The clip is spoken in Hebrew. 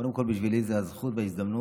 קודם כול, בשבילי זו זכות והזדמנות,